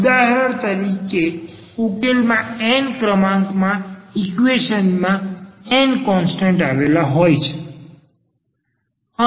ઉદાહરણ તરીકે સામાન્ય ઉકેલમાં n ક્રમાંકના ઈક્વેશન માં n કોન્સ્ટન્ટ આવેલા હોય છે